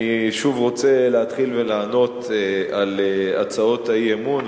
אני שוב רוצה להתחיל ולענות על הצעות האי-אמון,